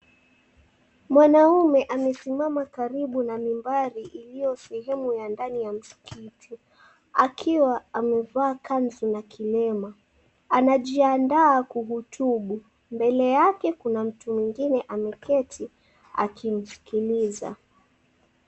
Mwanaume amesimama karibu na mibari iliyo sehemu ya ndani ya msikiti, akiwa amevaa kanzu na kilema. Anajiandaa kuhutubu, mbele yake kuna mtu mwinginw ameketi akimsikiliza.